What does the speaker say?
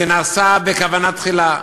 זה נעשה בכוונת תחילה,